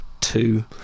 two